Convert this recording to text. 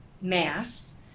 mass